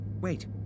wait